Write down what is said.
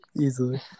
Easily